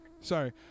Sorry